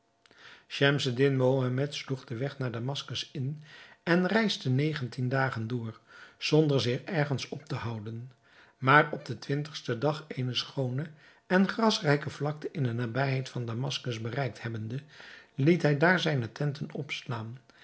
schemseddin mohammed sloeg den weg naar damaskus in en reisde negentien dagen door zonder zich ergens op te houden maar op den twintigsten dag eene schoone en grasrijke vlakte in de nabijheid van damaskus bereikt hebbende liet hij daar zijne tenten opslaan